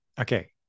Okay